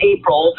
April